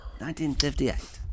1958